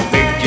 Big